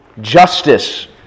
Justice